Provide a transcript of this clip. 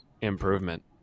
improvement